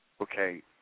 okay